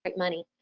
like money.